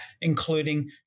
including